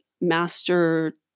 master